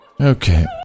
okay